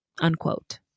unquote